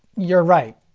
you're right,